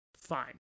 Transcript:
fine